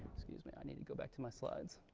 excuse me, i need to go back to my slides.